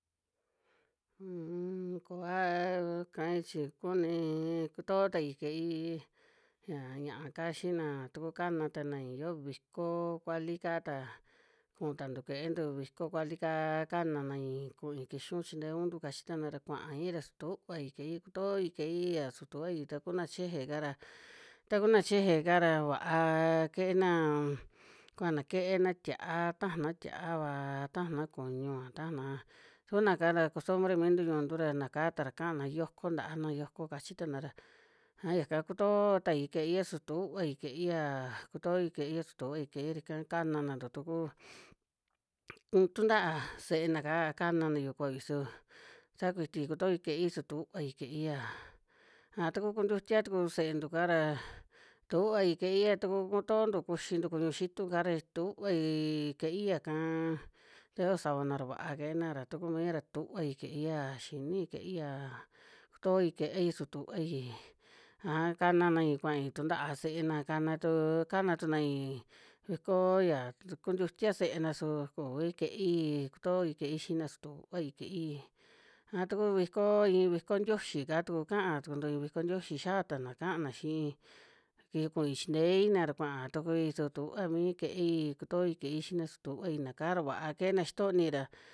koaa kai chi kunii kutoo tai kuieii ya ña'a ka xi na tukú kana tai yo vikoo kuali ka ta ku ta ntu kuie'e ntu viko kuali kaa kana nai ku'i kixu chinteu ntu ka chi ta na ra kua'i ra stuvai kuie'i ku toi kuie'i a su tuvai taku na cheje kara taku na cheje kara va'aa kuie'e na kua na kuie'e na stia'a taja tia'a vaa taja na kuñu va taja na tuku naka ra tuku nakara costumbre mi ntu ñu ntu ra nakaa ta ra ka'a na yoko nta'a na yoko kachi tana ra yaka kutoo tai kuie'e ia su tuvai kuie'i ia ku toi kuie'i ia su tuvai kuie'i ra ika kanana tukú tu nta'a se'e na kaa kanana yu koi su sa kuiti ku toi kuie'i su tuvai kuie'i. A tukú kutiutia tukú se'e ntu ka ra tuvai kuie'i ya tukú kutoo ntu kuxi ntu kuñu xitu kara tuvaii kuie'ia kaa ta yo savanara va'a kuie'e na ra tukú mii ra tuvi kuie'ia xini'i kuie'ia ku toi kuie'i su tuvai. Ajá kananai kua'i tu nta'a se'e na kana tuu kána tunai viko ya ku tiutia se'e na su kuvi kuie'i ku toi kuie'i xi'i na su tuvai kuie'i. A tuku viko ii viko nstioxi kaa tukú ka'a tukú ntu ii viko nstioxi xa ta na ka'a na xi'i ku'i chi ntei na ra kua'a tukú'i su tuva mii kuie'i kutoi kuie'i xi'i na su tuvai na kaa ra va'a kuie'e na xitoni ra.